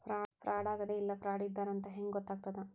ಫ್ರಾಡಾಗೆದ ಇಲ್ಲ ಫ್ರಾಡಿದ್ದಾರಂತ್ ಹೆಂಗ್ ಗೊತ್ತಗ್ತದ?